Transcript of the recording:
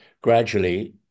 gradually